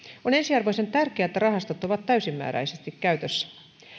on ensiarvoisen tärkeää että rahastot ovat täysimääräisesti käytössä